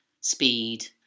speed